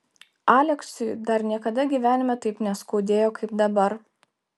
aleksiui dar niekada gyvenime taip neskaudėjo kaip dabar